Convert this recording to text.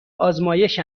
آزمایش